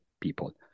people